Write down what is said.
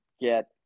get